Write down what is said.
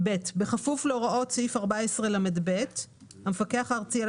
ביטול היתר14לב.(א) המפקח הארצי על